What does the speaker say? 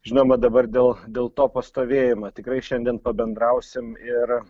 žinoma dabar dėl dėl to pastovėjimo tikrai šiandien pabendrausim ir